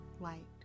light